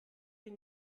den